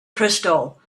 crystal